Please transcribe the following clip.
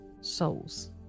souls